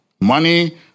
money